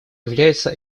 является